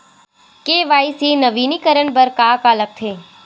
KYC नवीनीकरण बर का का लगथे?